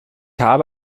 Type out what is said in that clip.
habe